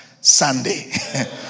Sunday